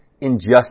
injustice